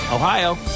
Ohio